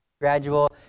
gradual